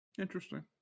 Interesting